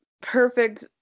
perfect